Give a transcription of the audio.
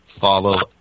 follow